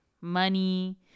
money